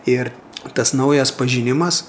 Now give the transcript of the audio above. ir tas naujas pažinimas